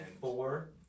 four